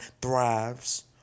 thrives